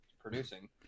producing